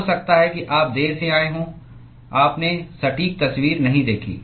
हो सकता है कि आप देर से आए हों आपने सटीक तस्वीर नहीं देखी